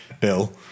Bill